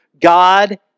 God